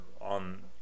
on